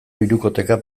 hirukoteka